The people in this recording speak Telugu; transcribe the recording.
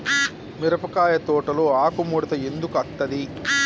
మిరపకాయ తోటలో ఆకు ముడత ఎందుకు అత్తది?